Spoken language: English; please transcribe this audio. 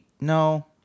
No